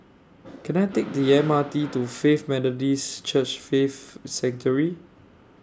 Can I Take The M R T to Faith Methodist Church Faith Sanctuary